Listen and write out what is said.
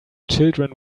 children